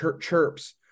chirps